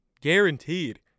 Guaranteed